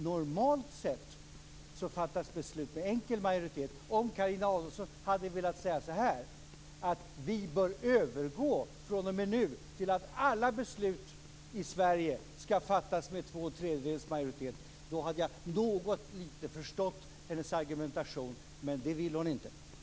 Normalt sett fattas beslut med enkel majoritet. Om Carina Adolfsson hade velat säga att vi från och med nu bör övergå till att fatta alla beslut i Sverige med två tredjedels majoritet hade jag något lite förstått hennes argumentation. Men det ville hon inte säga.